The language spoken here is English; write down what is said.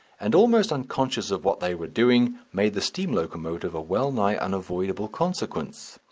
and almost unconscious of what they were doing, made the steam locomotive a well-nigh unavoidable consequence.